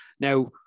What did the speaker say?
Now